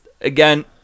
again